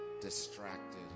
distracted